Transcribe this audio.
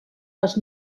les